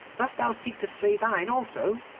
dost thou seek to slay thine also